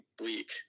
week